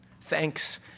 Thanks